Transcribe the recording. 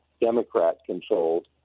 Democrat-controlled